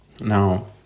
Now